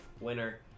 winner